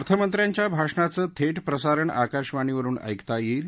अर्थमंत्र्यांच्या भाषणाचं थेट प्रसारण आकाशवाणीवरुन ऐकता येईल